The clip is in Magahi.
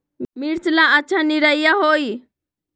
मिर्च ला अच्छा निरैया होई?